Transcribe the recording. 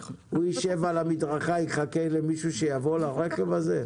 הוא ישב על המדרכה ויחכה למישהו שיבוא לרכב הזה?